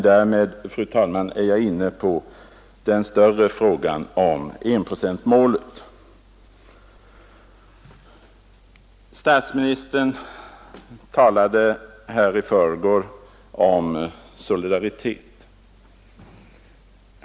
Därmed, fru talman, är jag inne på den större frågan om enprocentsmålet. Statsministern talade här i förrgår om solidaritet.